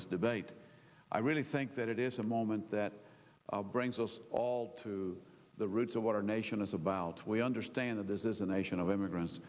this debate i really think that it is a moment that brings us all to the roots of what our nation is about we understand that this is a nation of immigrants